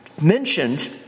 mentioned